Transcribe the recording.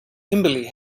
kimberly